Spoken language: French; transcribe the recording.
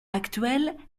actuel